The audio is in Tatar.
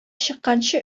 чыкканчы